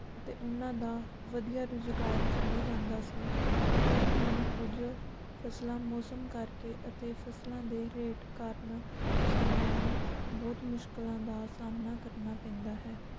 ਅਤੇ ਉਹਨਾਂ ਦਾ ਵਧੀਆ ਰੁਜ਼ਗਾਰ ਚੱਲੀ ਜਾਂਦਾ ਸੀ ਪਰ ਹੁਣ ਕੁਝ ਫਸਲਾਂ ਮੌਸਮ ਕਰਕੇ ਅਤੇ ਫਸਲਾਂ ਦੇ ਰੇਟ ਕਾਰਨ ਕਿਸਾਨਾਂ ਨੂੰ ਬਹੁਤ ਮੁਸ਼ਕਿਲਾਂ ਦਾ ਸਾਹਮਣਾ ਕਰਨਾ ਪੈਂਦਾ ਹੈ